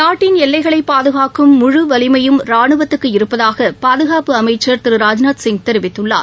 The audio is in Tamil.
நாட்டின் எல்லைகளைபாதுகாக்கும் முழு வலிமையும் ரானுவத்துக்கு இருப்பதாகபாதுகாப்பு அமைச்ச் திரு ராஜ்நாத்சிங் தெரிவித்துள்ளார்